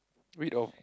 red or